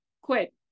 Quit